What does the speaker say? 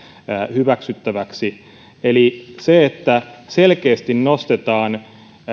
hyväksyttäväksi eli selkeästi nostetaan